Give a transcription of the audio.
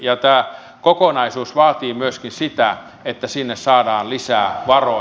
tämä kokonaisuus vaatii myöskin sitä että sinne saadaan lisää varoja